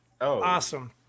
awesome